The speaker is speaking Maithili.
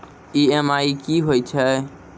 ई.एम.आई कि होय छै?